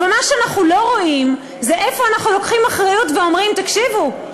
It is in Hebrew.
אבל מה שאנחנו לא רואים זה איפה אנחנו לוקחים אחריות ואומרים: תקשיבו,